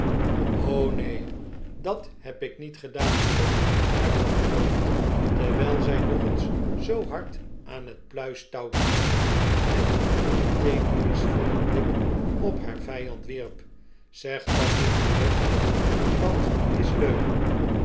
neen dat lieb ik niet gedaan moeder hernam t hoofd terwijl zij nog eens zoo hard aan t pluistouw trok en een beteek enis vollen blik op haar vijand wierp zeg dat niet moeder want dat is leugen